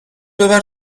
ببر